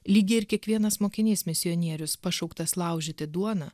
lygiai ir kiekvienas mokinys misionierius pašauktas laužyti duoną